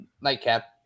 nightcap